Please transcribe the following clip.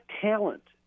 talent